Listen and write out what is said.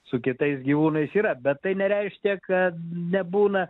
su kitais gyvūnais yra bet tai nereiškia kad nebūna